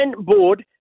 Board